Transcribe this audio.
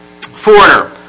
foreigner